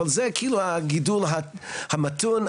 אבל זה הגידול המתון,